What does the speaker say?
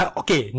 okay